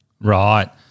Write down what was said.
Right